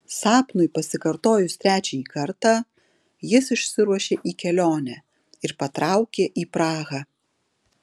sapnui pasikartojus trečiąjį kartą jis išsiruošė į kelionę ir patraukė į prahą